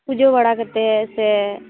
ᱯᱩᱡᱟᱹ ᱵᱟᱲᱟ ᱠᱟᱛᱮᱫ ᱥᱮ